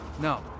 No